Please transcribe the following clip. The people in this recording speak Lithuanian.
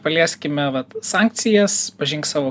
palieskime vat sankcijas pažink savo